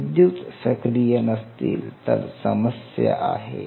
विद्युत सक्रिय नसतील तर समस्या आहे